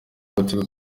agatsiko